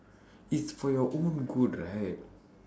it's for your own good right